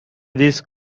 this